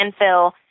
landfill